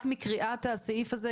רק מקריאת הסעיף הזה,